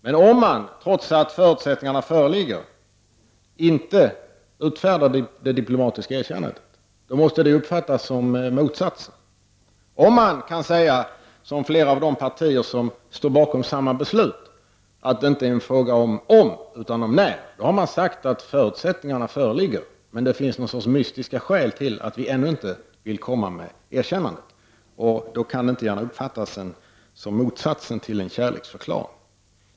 Men om man, trots att förutsättningarna föreligger, inte utfärdar ett diplomatiskt erkännande, måste det uppfattas som motsatsen. Om man, som flera av de partier som står bakom samma beslut, kan säga att det inte gäller om utan när, då har man sagt att förutsättningarna föreligger, men att det finns någon sorts mystiska skäl till att vi ännu inte vill komma med ett erkännande. Då kan det gärna inte uppfattas som annat än motsatsen till en kärleksförklaring.